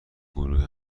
گروه